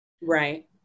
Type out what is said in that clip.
Right